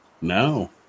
No